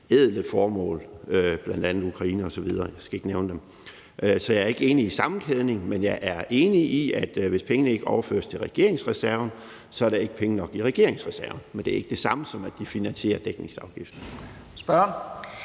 ædle formål, bl.a. i forhold til Ukraine osv. Så jeg er ikke enig i sammenkædningen, men jeg er enig i, at hvis pengene ikke overføres til regeringsreserven, er der ikke penge nok i regeringsreserven. Men det er ikke det samme, som at de finansierer dækningsafgiften.